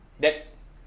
that